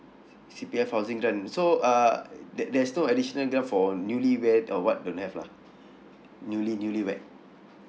C C_P_F housing grant so uh there there's no additional grant for newly wed or what don't have lah newly newly wed